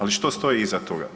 Ali, što stoji iza toga?